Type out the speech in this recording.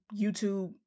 YouTube